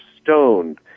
stoned